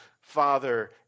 father